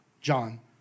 John